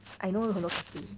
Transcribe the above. I know 有很多 cafe